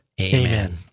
Amen